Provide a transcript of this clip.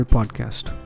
Podcast